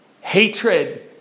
hatred